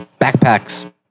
backpacks